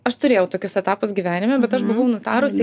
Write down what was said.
aš turėjau tokius etapus gyvenime bet aš buvau nutarusi